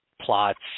plots